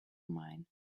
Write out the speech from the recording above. mine